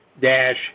Dash